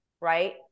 right